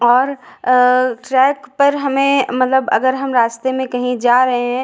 और ट्रैक पर हमें मतलब अगर हम रास्ते में कहीं जा रहे हैं